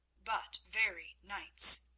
but very knights.